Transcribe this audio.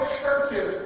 churches